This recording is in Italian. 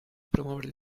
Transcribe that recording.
promuovere